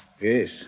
Yes